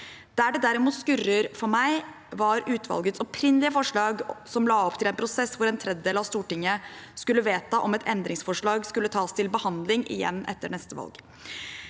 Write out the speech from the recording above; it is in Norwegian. var i forbindelse med utvalgets opprinnelige forslag, som la opp til en prosess hvor en tredjedel av Stortinget skulle vedta om et endringsforslag skulle tas til behandling igjen etter neste valg.